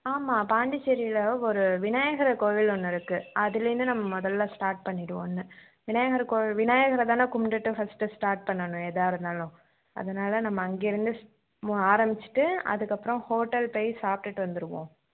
ஆமாம் பாண்டிச்சேரியில ஒரு விநாயகர் கோவில் ஒன்று இருக்கு அதுலருந்து நம்ம முதல்ல ஸ்டார்ட் பண்ணிவிடுவோம் ஒன்று விநாயகர் கோ விநாயகரதான கும்பிடுட்டு ஃபர்ஸ்ட்டு ஸ்டார்ட் பண்ணணும் எதா இருந்தாலும் அதனால நம்ம அங்கேருந்து ஆரம்பிச்சிவிட்டு அதற்கப்பறம் ஹோட்டல் போய் சாப்பிட்டுட்டு வந்துருவோம்